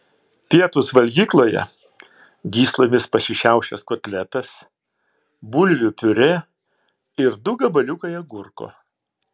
pietūs valgykloje gyslomis pasišiaušęs kotletas bulvių piurė ir du gabaliukai agurko